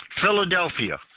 Philadelphia